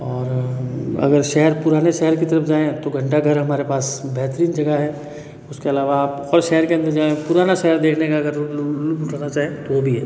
और अगर शहर पुराने शहर की तरफ जाएँ तो घंटा घर हमारे पास बेहतरीन जगह है उसके अलावा आप और शहर के अंदर जाएँ पुराना शहर देखने का अगर लुत्फ़ उठाना चाहें तो भी है